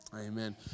Amen